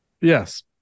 yes